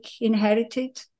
inherited